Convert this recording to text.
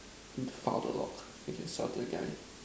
file the log so I can sell that to that guy